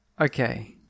Okay